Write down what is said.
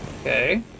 Okay